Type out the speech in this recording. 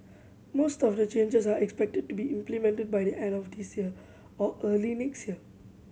most of the changes are expected to be implemented by the end of this year or early next year